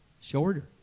Shorter